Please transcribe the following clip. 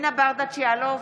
אלינה ברדץ' יאלוב,